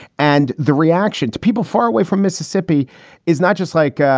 and the reactions to people far away from mississippi is not just like,